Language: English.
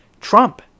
Trump